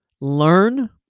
learn